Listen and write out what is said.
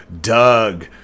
doug